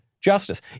justice